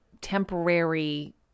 temporary